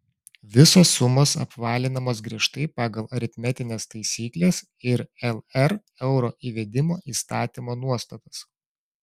visos sumos apvalinamos griežtai pagal aritmetines taisykles ir lr euro įvedimo įstatymo nuostatas